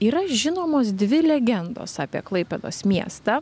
yra žinomos dvi legendos apie klaipėdos miestą